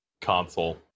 console